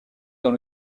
dans